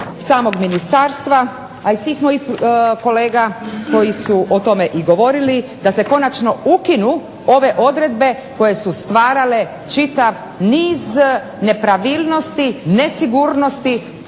samog ministarstva, a i svih mojih kolega koji su o tome i govorili da se konačno ukinu ove odredbe koje su stvarale čitav niz nepravilnosti, nesigurnosti,